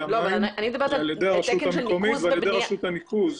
המים אלא על ידי הרשות המקומית ועל ידי רשות הניקוז.